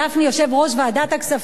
יושב-ראש ועדת הכספים,